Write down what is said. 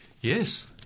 Yes